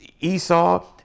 Esau